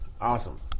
awesome